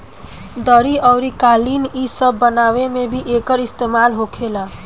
दरी अउरी कालीन इ सब बनावे मे भी एकर इस्तेमाल होखेला